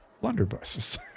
blunderbusses